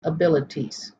abilities